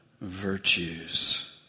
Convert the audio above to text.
virtues